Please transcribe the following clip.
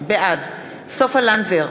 בעד סופה לנדבר,